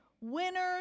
Winners